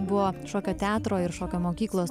buvo šokio teatro ir šokio mokyklos